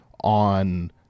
on